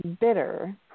bitter